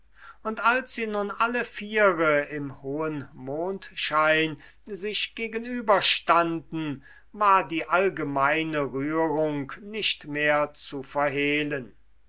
und als sie nun alle viere im hohen mondschein sich gegenüberstanden war die allgemeine rührung nicht mehr zu verhehlen